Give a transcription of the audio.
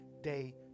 day